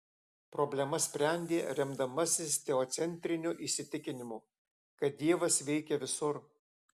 problemas sprendė remdamasis teocentriniu įsitikinimu kad dievas veikia visur